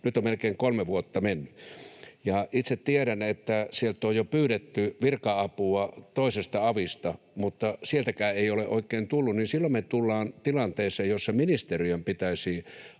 nyt on melkein kolme vuotta mennyt. Itse tiedän, että sieltä on jo pyydetty virka-apua toisesta avista, mutta sieltäkään sitä ei ole oikein tullut, joten silloin tullaan tilanteeseen, jossa ministeriön pitäisi